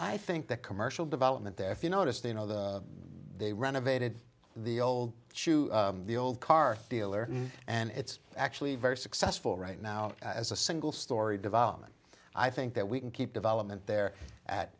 i think the commercial development there if you notice they know that they renovated the old shoe the old car dealer and it's actually very successful right now as a single story development i think that we can keep development there at